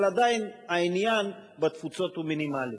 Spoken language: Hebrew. אבל עדיין העניין בתפוצות הוא מינימלי,